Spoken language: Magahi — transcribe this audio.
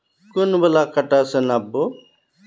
कौन वाला कटा से नाप बो?